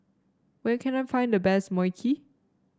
where can I find the best Mui Kee